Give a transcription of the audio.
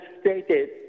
stated